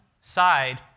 side